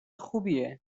خوبیه